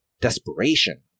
desperation